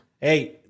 Hey